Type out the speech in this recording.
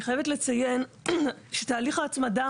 אני חייבת לציין שתהליך ההצמדה